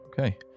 Okay